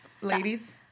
Ladies